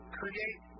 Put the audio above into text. create